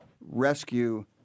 rescue